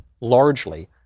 largely